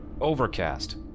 Overcast